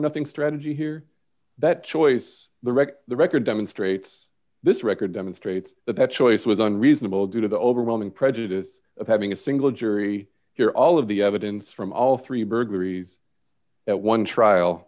nothing strategy here that choice the record the record demonstrates this record demonstrates that that choice was unreasonable due to the overwhelming prejudice of having a single jury hear all of the evidence from all three burglaries at one trial